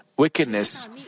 Wickedness